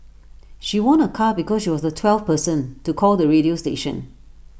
she won A car because she was the twelfth person to call the radio station